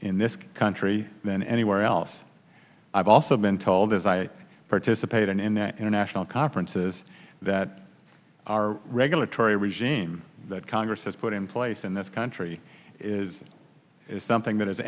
in this country than anywhere else i've also been told as i participated in the international conferences that our regulatory regime that congress has put in place in this country is something that